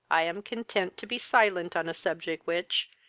i am content to be silent on a subject which,